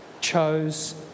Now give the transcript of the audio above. chose